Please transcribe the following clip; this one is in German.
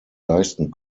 leisten